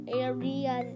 area